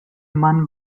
mann